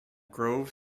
grove